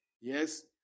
yes